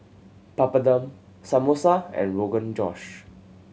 Papadum Samosa and Rogan Josh